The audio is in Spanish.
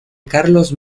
carlos